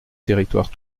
territoire